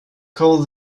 called